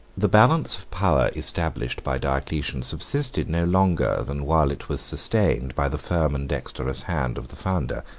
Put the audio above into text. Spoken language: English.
the balance of power established by diocletian subsisted no longer than while it was sustained by the firm and dexterous hand of the founder.